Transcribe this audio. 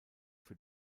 für